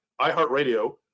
iHeartRadio